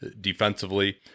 defensively